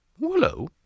Hello